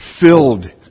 filled